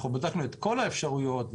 בדקנו את כל האפשרויות,